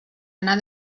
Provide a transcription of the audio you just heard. anar